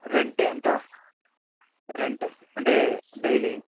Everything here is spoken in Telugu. రెంట్ ఎంత రెంట్ అంటే డైలీ